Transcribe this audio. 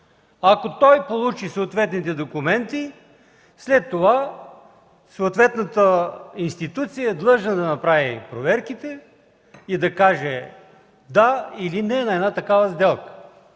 ако той получи съответните документи, след това съответната институция е длъжна да направи проверките и да каже „да” или „не” на една такава сделка.